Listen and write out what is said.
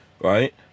right